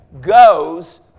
goes